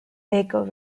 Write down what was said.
vehicle